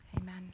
Amen